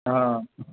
हां